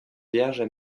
vierges